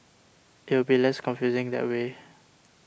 it will be less confusing that way